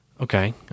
okay